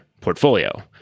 portfolio